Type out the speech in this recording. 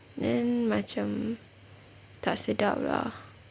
then macam tak sedap lah